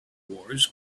wars